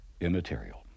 immaterial